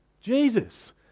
Jesus